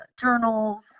journals